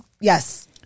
Yes